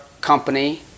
company